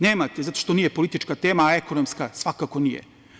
Nemate, zato što nije politička tema, a ekonomska svako nije.